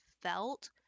felt